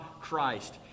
Christ